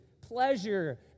pleasure